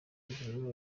bihano